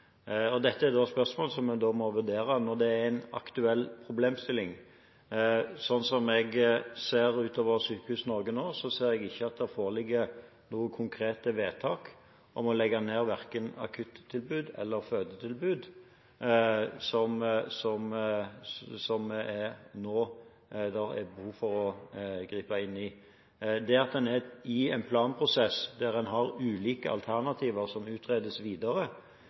og dette er da spørsmål som en må vurdere når det er en aktuell problemstilling. Slik jeg ser Sykehus-Norge nå, ser jeg ikke at det foreligger noen konkrete vedtak om å legge ned verken akuttilbud eller fødetilbud som det nå er behov for å gripe inn i. En er nå i en planprosess der en har ulike alternativer som utredes videre,